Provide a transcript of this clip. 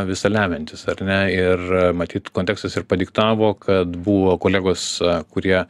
visa lemiantis ar ne ir matyt kontekstas ir padiktavo kad buvo kolegos kurie